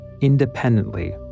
independently